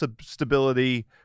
stability –